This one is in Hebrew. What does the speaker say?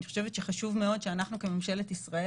אני חושבת שחשוב מאוד שאנחנו כממשלת ישראל